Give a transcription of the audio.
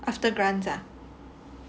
after grants ah